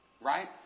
Right